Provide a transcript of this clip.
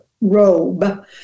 robe